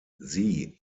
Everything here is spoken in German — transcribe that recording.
sie